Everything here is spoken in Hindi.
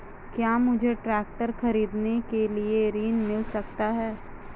क्या मुझे ट्रैक्टर खरीदने के लिए ऋण मिल सकता है?